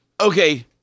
Okay